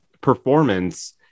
performance